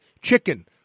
chicken